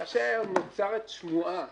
כאשר נוצרת שמועה